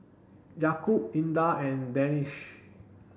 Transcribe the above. Yaakob Indah and Danish